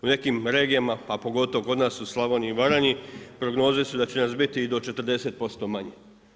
U nekim regijama, a pogotovo kod nas u Slavoniji i Baranji prognoze su da će nas biti i do 40% manje.